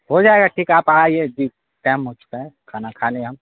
ہو جائے گا ٹھیک ہے آپ آئیے جس ٹائم ہو سکتا ہے کھانا کھا لیں ہم